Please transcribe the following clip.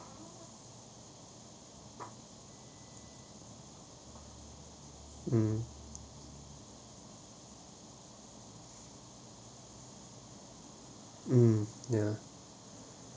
uh uh